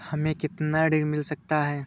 हमें कितना ऋण मिल सकता है?